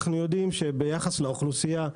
אנחנו יודעים שביחס לאוכלוסייה,